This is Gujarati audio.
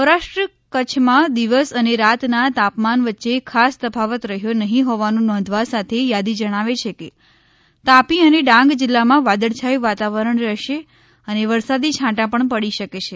સૌરાષ્ટ્ર કચ્છમાં દિવસ અને રાતના તાપમાન વચ્યે ખાસ તફાવત રહ્યો નફીં હોવાનું નોંધવા સાથે યાદી જણાવે છે કે તાપી અને ડાંગ જિલ્લામાં વાદળછાયું વાતાવરણ રહેશે અને વરસાદી છાંટા પણ પડી શકે છે